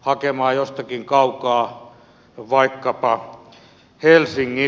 hakemaan jostakin kaukaa vaikkapa helsingistä